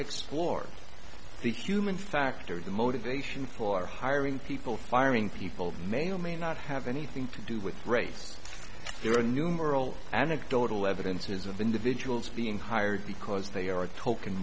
explored the human factor the motivation for hiring people firing people may or may not have anything to do with race they're a numeral anecdotal evidence is of individuals being hired because they are a token